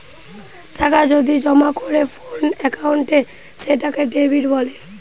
টাকা যদি জমা করে কোন একাউন্টে সেটাকে ডেবিট বলে